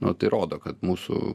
nu tai rodo kad mūsų